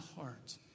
heart